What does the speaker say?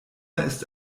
ist